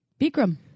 Bikram